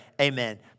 amen